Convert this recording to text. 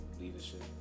leadership